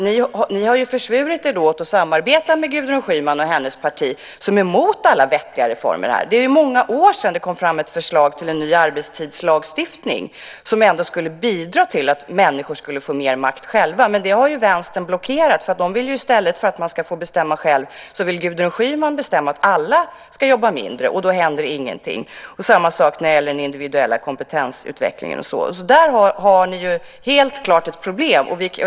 Ni har ju försvurit er åt att samarbeta med Gudrun Schyman och hennes parti, som är emot alla vettiga reformer. Det är många år sedan det kom ett förslag om en ny arbetstidslagstiftning som skulle bidra till att människor kunde få mer makt själva. Men det har Vänstern blockerat. I stället för att man ska få bestämma själv vill Gudrun Schyman bestämma att alla ska jobba mindre, och då händer ingenting. Det är samma sak när det gäller den individuella kompetensutvecklingen. Där har ni helt klart ett problem.